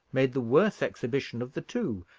made the worse exhibition of the two,